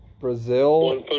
Brazil